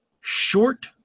short